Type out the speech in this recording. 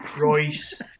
Royce